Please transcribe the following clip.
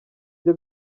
byo